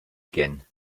again